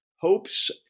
hopes